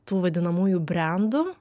tų vadinamųjų brendų